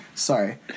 Sorry